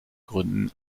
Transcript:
gründen